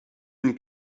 une